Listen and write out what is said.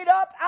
up